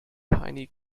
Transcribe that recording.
tiny